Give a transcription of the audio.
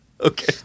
Okay